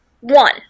one